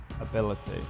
ability